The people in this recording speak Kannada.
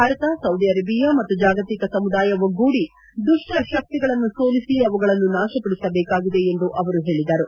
ಭಾರತ ಸೌದಿ ಅರೇಬಿಯಾ ಮತ್ತು ಜಾಗತಿಕ ಸಮುದಾಯ ಒಗ್ಗೂಡಿ ದುಷ್ಪ ಶಕ್ತಿಗಳನ್ನು ಸೋಲಿಸಿ ಅವುಗಳನ್ನು ನಾಶಪಡಿಸಬೇಕಾಗಿದೆ ಎಂದು ಅವರು ಹೇಳಿದರು